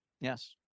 Yes